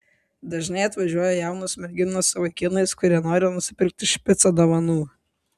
dažnai atvažiuoja jaunos merginos su vaikinais kurie nori nusipirkti špicą dovanų